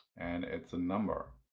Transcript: and it's a number.